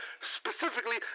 specifically